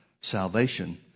Salvation